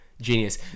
Genius